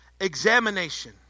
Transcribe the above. examination